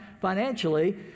financially